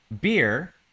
beer